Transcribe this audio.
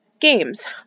games